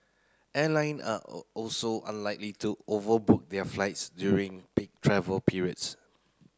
airline are also unlikely to overbook their flights during peak travel periods